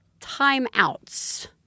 timeouts